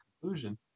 conclusion